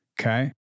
okay